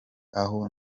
aho